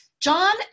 John